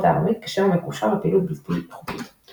העממית כשם המקושר לפעילות בלתי חוקית.